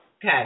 Okay